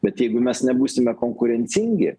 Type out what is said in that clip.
bet jeigu mes nebūsime konkurencingi